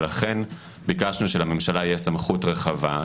ולכן ביקשנו שלממשלה תהיה סמכות רחבה,